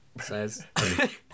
says